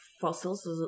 fossils